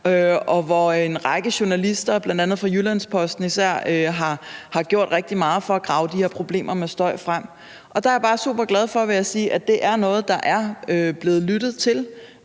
og hvor en række journalister, bl.a. især fra Jyllands-Posten, har gjort rigtig meget for at grave de har problemer med støj frem. Der er jeg bare super glad for, vil jeg sige, at det er noget, der er blevet lyttet til